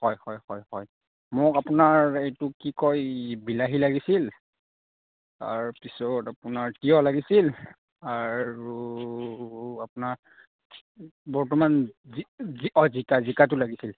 হয় হয় হয় হয় মোক আপোনাৰ এইটো কি কয় বিলাহী লাগিছিল তাৰপিছত আপোনাৰ তিঁয়হ লাগিছিল আৰু আপোনাৰ বৰ্তমান জি জি অ জিকা জিকাটো লাগিছিল